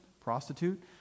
prostitute